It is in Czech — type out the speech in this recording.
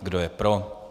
Kdo je pro?